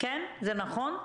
זה נכון?